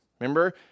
Remember